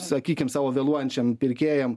sakykim savo vėluojančiam pirkėjam